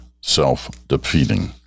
self-defeating